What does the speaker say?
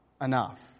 enough